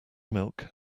milk